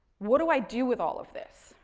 what do i do with all of this?